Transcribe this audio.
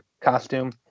costume